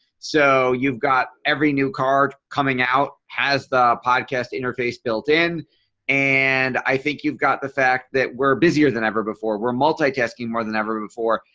so you've got every new card coming out has the podcast interface built-in. and i think you've got the fact that we're busier than ever before we're multitasking more than ever before.